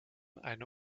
eine